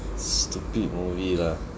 stupid movie lah